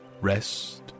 Rest